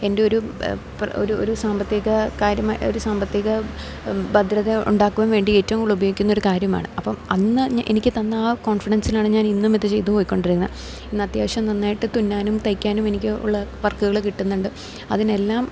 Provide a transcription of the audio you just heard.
എൻ്റെ ഒരു പ്ര ഒരു ഒരു സാമ്പത്തിക കാര്യമായ ഒരു സാമ്പത്തിക ഭദ്രത ഉണ്ടാക്കുവാന് വേണ്ടി ഏറ്റവും കൂടുതൽ ഉപയോഗിക്കുന്ന ഒരു കാര്യമാണ് അപ്പം അന്ന് എനിക്ക് തന്ന ആ കോൺഫിഡൻസിലാണ് ഞാൻ ഇന്നും ഇത് ചെയ്തു പോയി കൊണ്ടിരുന്നത് ഇന്ന് അത്യാവശ്യം നന്നായിട്ട് തുന്നാനും തയ്ക്കാനും എനിക്ക് ഉള്ള വർക്കുകൾ കിട്ടുന്നുണ്ട് അതിനെല്ലാം